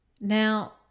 Now